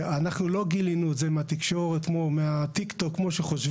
שאנחנו לא גילינו את זה מהתקשורת או מהטיק טוק כמו שחושבים.